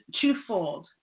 twofold